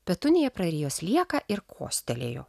petunija prarijo slieką ir kostelėjo